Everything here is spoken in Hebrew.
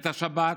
את השבת,